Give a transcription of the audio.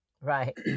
Right